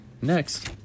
Next